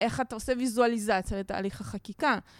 איך אתה עושה ויזואליזציה לתהליך החקיקה.